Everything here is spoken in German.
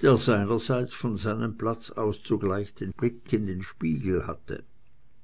der seinerseits von seinem platz aus zugleich den blick in den spiegel hatte